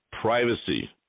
Privacy